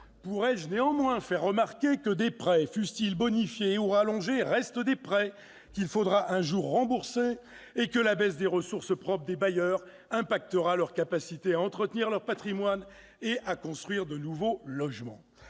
prêts, monsieur le secrétaire d'État, fussent-ils bonifiés ou rallongés, restent des prêts qu'il faut un jour rembourser. Or la baisse des ressources propres des bailleurs impactera leur capacité à entretenir leur patrimoine et à construire de nouveaux logements.